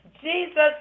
Jesus